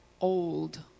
old